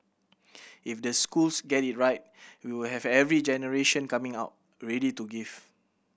if the schools get it right we will have every generation coming out ready to give